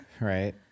right